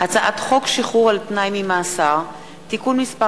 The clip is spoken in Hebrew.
הצעת חוק שחרור על תנאי ממאסר (תיקון מס'